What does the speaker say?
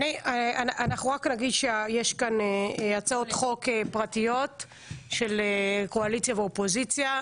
יש כאן הצעות חוק פרטיות של קואליציה ואופוזיציה.